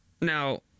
Now